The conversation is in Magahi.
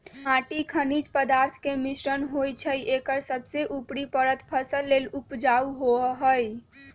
माटी खनिज पदार्थ के मिश्रण होइ छइ एकर सबसे उपरी परत फसल लेल उपजाऊ होहइ